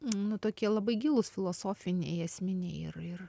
nu tokie labai gilūs filosofiniai esminiai ir ir